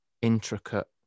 intricate